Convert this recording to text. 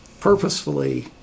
purposefully